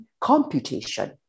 computation